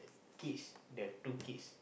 kids the two kids